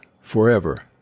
forever